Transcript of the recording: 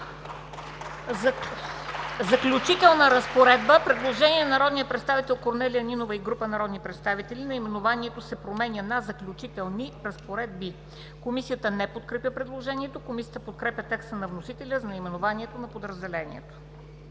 „Заключителна разпоредба“. Предложение на народния представител Корнелия Нинова и група народни представители. Наименованието се променя на „Заключителни разпоредби“. Комисията не подкрепя предложението. Комисията подкрепя текста на вносителя за наименованието на подразделението.